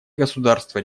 государства